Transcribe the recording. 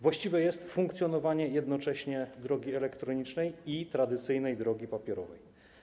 Właściwe jest funkcjonowanie jednocześnie drogi elektronicznej i tradycyjnej drogi papierowej.